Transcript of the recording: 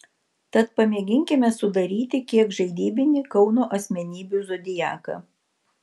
tad pamėginkime sudaryti kiek žaidybinį kauno asmenybių zodiaką